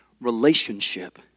relationship